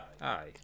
aye